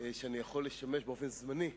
שאני יכול לשמש באופן זמני סגנך.